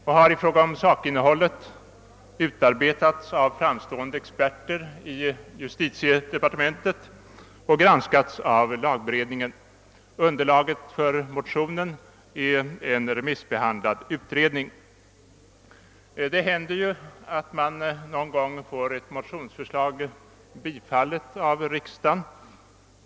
Den har i fråga om sakinnehållet utarbetats av framstående experter i justitiedepartementet och granskats av lagberedningen. Underlaget för motionen är en remissbehandlad utredning. Det händer att man någon gång får ett motionsförslag bifallet av riksdagen.